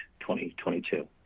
2022